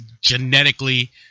genetically